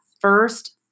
first